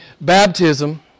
Baptism